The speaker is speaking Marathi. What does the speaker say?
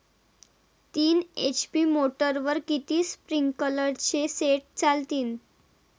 तीन एच.पी मोटरवर किती स्प्रिंकलरचे सेट चालतीन?